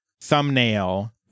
thumbnail